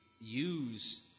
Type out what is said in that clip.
use